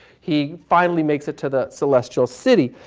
he finally makes it to the celestial city.